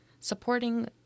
supporting